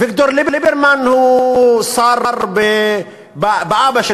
אביגדור ליברמן הוא שר באבא של